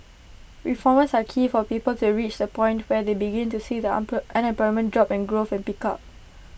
reforms are key for people to reach the point where they begin to see the unemployment drop and growth pick up